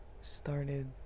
started